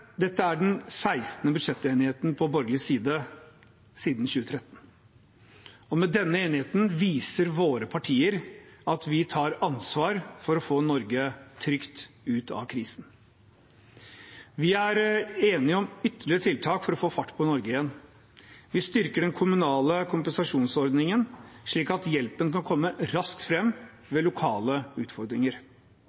Dette er den 16. budsjettenigheten på borgerlig side siden 2013, og med denne enigheten viser våre partier at vi tar ansvar for å få Norge trygt ut av krisen. Vi er enige om ytterligere tiltak for å få fart på Norge igjen. Vi styrker den kommunale kompensasjonsordningen, slik at hjelpen kan komme raskt